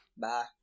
Bye